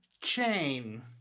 chain